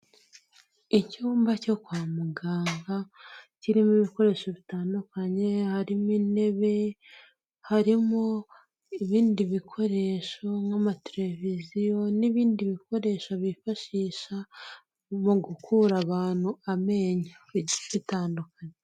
Icyumba cyo kwa muganga, kirimo ibikoresho bitandukanye, harimo intebe, harimo ibindi bikoresho nk'amateleviziyo n'ibindi bikoresho bifashisha, mu gukura abantu amenyo bigiye bitandukanye.